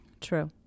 True